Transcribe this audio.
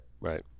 Right